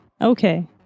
Okay